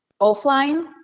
offline